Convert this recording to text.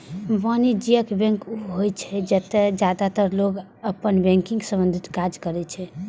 वाणिज्यिक बैंक ऊ होइ छै, जतय जादेतर लोग अपन बैंकिंग संबंधी काज करै छै